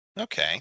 Okay